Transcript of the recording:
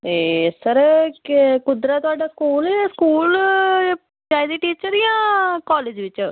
ए sir केह् कुद्दर ऐ थोआड़ा स्कूल स्कूल चाहिदे टीचर यां कालेज च